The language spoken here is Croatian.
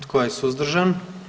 Tko je suzdržan?